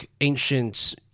ancient